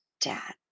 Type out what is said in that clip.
dad